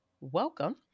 welcome